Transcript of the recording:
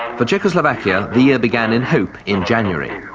for czechoslovakia, the year began in hope in january.